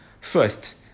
First